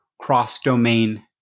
cross-domain